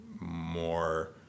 more